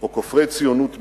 או כופרי ציונות מנגד,